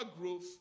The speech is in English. growth